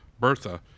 Bertha